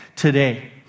Today